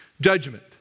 judgment